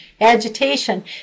agitation